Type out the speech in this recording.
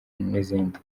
n’izindi